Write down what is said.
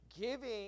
Giving